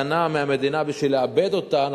מתנה מהמדינה בשביל לעבד אותה,